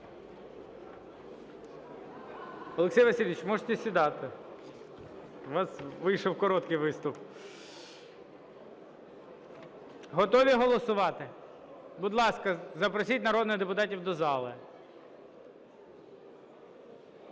Олексій Васильович, можете сідати, у вас вийшов короткий виступ. Готові голосувати? Будь ласка, запросіть народних депутатів до залу.